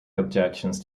objections